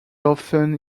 often